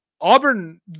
Auburn